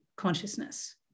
consciousness